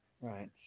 Right